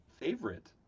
favorite